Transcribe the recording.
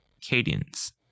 cadence